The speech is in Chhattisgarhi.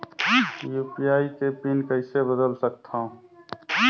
यू.पी.आई के पिन कइसे बदल सकथव?